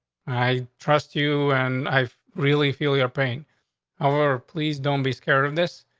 i trust you and i really feel you're paying our please don't be scared of this,